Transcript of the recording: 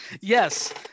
Yes